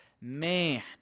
Man